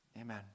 Amen